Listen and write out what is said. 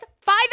five